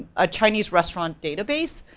a chinese restaurant database,